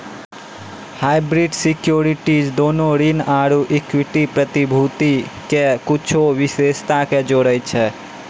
hybrid securities दोनो ऋण आरु इक्विटी प्रतिभूति के कुछो विशेषता के जोड़ै छै